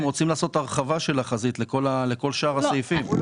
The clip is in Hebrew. הם רוצים לעשות הרחבה של החזית לכל שאר הסעיפים.